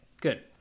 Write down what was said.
Good